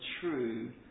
true